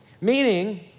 Meaning